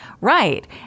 Right